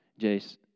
Jace